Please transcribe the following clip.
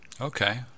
Okay